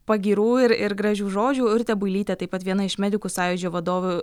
pagyrų ir ir gražių žodžių urtė builytė taip pat viena iš medikų sąjūdžio vadovių